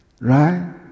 right